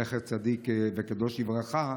זכר צדיק וקדוש לברכה.